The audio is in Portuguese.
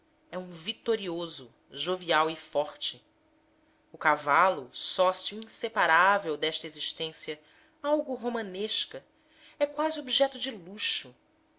é um vitorioso jovial e forte o cavalo sócio inseparável desta existência algo romanesca é quase objeto de luxo